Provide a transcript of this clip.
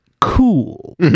cool